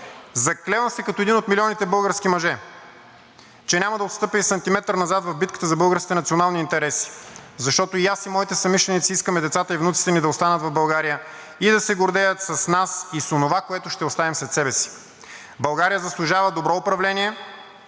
Заклевам се като един от милионите български мъже, че няма да отстъпя и сантиметър назад в битката за българските национални интереси, защото и аз, и моите съмишленици искаме децата и внуците ни да останат в България и да се гордеят с нас, с онова, което ще оставим след себе си. България заслужава добро управление,